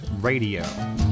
Radio